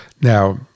Now